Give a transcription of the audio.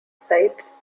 sites